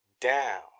down